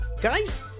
Guys